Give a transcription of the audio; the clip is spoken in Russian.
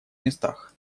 местах